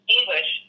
English